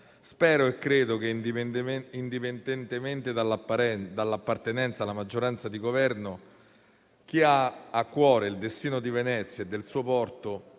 Spero e credo che, indipendentemente dall'appartenenza alla maggioranza di Governo, chi ha a cuore il destino di Venezia e del suo porto